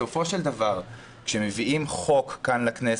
בסופו של דבר, כשמביאים הצעת חוק לכנסת,